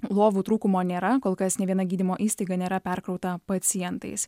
lovų trūkumo nėra kol kas nė viena gydymo įstaiga nėra perkrauta pacientais